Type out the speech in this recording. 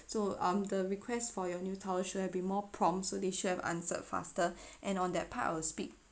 so um the request for your new towels should have be more prompts so they should have answered faster and on that part we'll speak